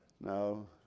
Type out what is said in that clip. no